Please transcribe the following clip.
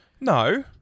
No